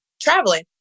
traveling